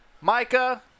Micah